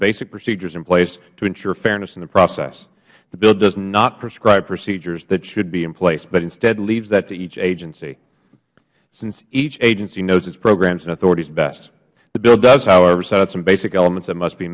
basic procedures in place to ensure fairness in the process the bill does not prescribe procedures that should be in place but instead leaves that to each agency since each agency knows its programs and authorities best the bill does however set out some basic elements that must be